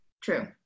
true